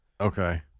Okay